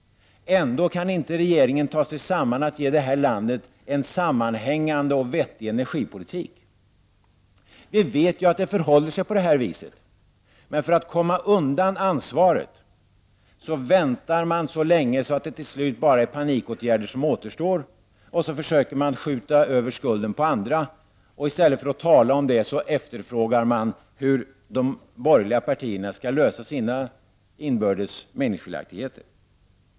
Ändå kan regeringen inte ta sig samman och ge detta land en sammanhängande och vettig energipolitik. Vi vet att det förhåller sig på det här viset, men för att komma undan ansvaret väntar man så länge att det till slut bara är panikåtgärder som återstår, och så försöker man skjuta över skulden på andra. I stället för att tala om det efterfrågar man hur de borgerliga partierna skall lösa sina inbördes meningsskiljaktigheter.